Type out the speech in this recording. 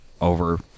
over